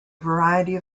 variety